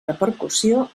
repercussió